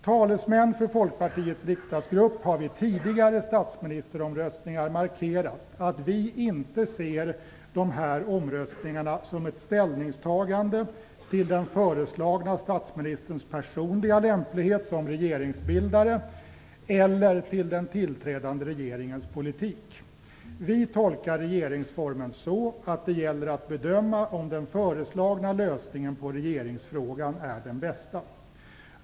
Talesmän för Folkpartiets riksdagsgrupp har vid tidigare statsministeromröstningar markerat att vi inte ser omröstningarna som ett ställningstagande till den föreslagna statsministerns personliga lämplighet som regeringsbildare eller till den till den tillträdande regeringens politik. Vi tolkar regeringsformen så, att det gäller att bedöma om den föreslagna lösningen av regeringsfrågan är den bästa.